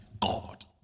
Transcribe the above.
God